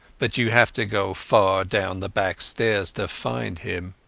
but you have to go far down the backstairs to find him.